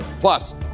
Plus